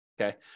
Okay